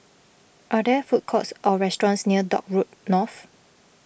are there food courts or restaurants near Dock Road North